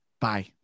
bye